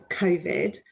COVID